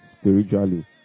spiritually